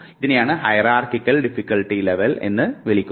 ഇതിനെയാണ് hierarchical difficulty level എന്ന് വിളിക്കുന്നത്